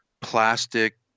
plastic